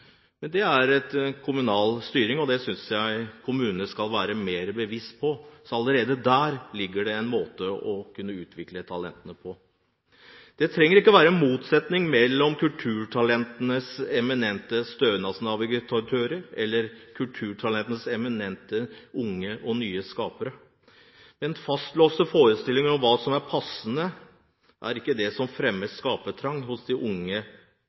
Det er kommunal styring, og det synes jeg kommunene skal være mer bevisste på. Allerede der ligger det en måte å kunne utvikle talentene på. Det trenger ikke å være en motsetning mellom kulturtalenter som eminente stønadsnavigatører og kulturtalenter som eminente unge, nye skapere. Men fastlåste forestillinger om hva som er passende, er ikke det som fremmer skapertrang hos de unge